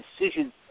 decisions